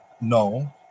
No